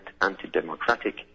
anti-democratic